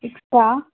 sixth